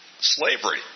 slavery